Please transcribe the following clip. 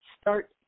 start